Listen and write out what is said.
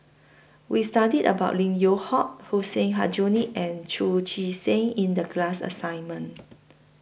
We studied about Lim Yew Hock Hussein Aljunied and Chu Chee Seng in The class assignment